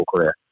career